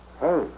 Hey